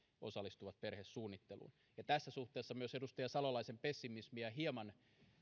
osallistuvat perhesuunnitteluun tässä suhteessa koetan myös edustaja salolaisen pessimismiä hieman